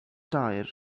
tire